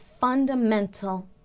fundamental